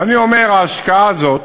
ואני אומר: ההשקעה הזאת,